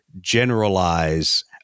generalize